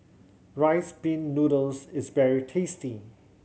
Rice Pin Noodles is very tasty